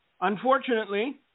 Unfortunately